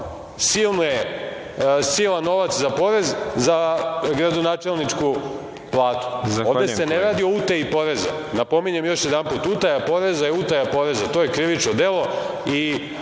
plaćao silan novac za gradonačelničku platu. Ovde se ne radi o utaji poreza. Napominjem još jednom, utaja poreza je utaja poreza, to je krivično delo